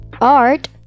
art